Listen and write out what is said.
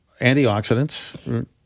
antioxidants